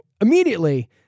immediately